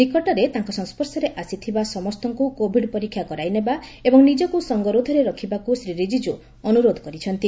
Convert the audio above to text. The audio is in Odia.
ନିକଟରେ ତାଙ୍କ ସଂସ୍ୱର୍ଶରେ ଆସିଥିବା ସମସ୍ତଙ୍କୁ କୋଭିଡ ପରୀକ୍ଷା କରାଇ ନେବା ଏବଂ ନିଜକୁ ସଙ୍ଗରୋଧରେ ରଖିବାକୁ ଶ୍ରୀ ରିଜୁକୁ ଅନୁରୋଧ କରିଛନ୍ତି